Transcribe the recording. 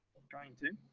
trying to.